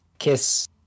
kiss